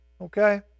okay